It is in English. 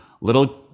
little